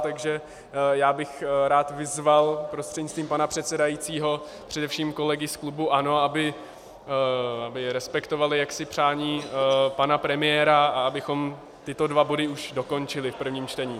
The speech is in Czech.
Takže já bych rád vyzval prostřednictvím pana předsedajícího především kolegy z klubu ANO, aby respektovali jaksi přání pana premiéra a abychom tyto dva body už dokončili v prvním čtení.